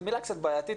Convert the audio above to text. זו מילה קצת בעייתית,